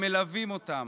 הם מלווים אותם,